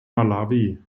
malawi